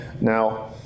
Now